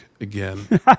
again